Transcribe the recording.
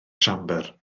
siambr